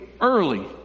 early